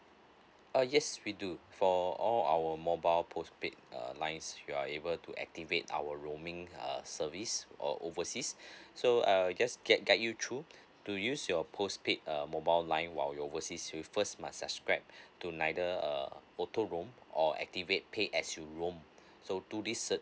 uh yes we do for all our mobile postpaid err lines you are able to activate our roaming err service or overseas so err just get guide you through to use your post paid err mobile line while you're overseas you first my subscribe to neither err auto roam or activate paid as you roam so to this uh